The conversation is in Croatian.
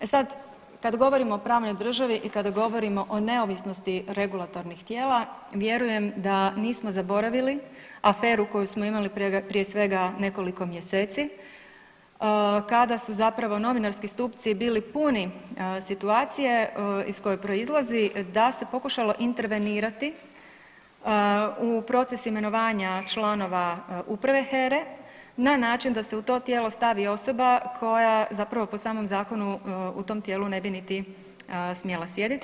E sad kada govorimo o pravnoj državi i kada govorimo o neovisnosti regulatornih tijela vjerujem da nismo zaboravili aferu koju smo imali prije svega nekoliko mjeseci kada su zapravo novinarski stupci bili puni situacije iz koje proizlazi da se pokušalo intervenirati u proces imenovanja članova uprave HERA-e na način da se u to tijelo stavi osoba koja zapravo po samom zakonu u tom tijelu ne bi niti smjela sjediti.